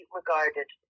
regarded